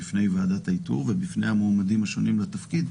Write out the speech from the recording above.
בפני ועדת האיתור ובפני המועמדים השונים לתפקיד.